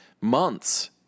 months